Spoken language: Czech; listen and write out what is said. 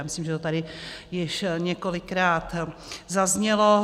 Já myslím, že to tady již několikrát zaznělo.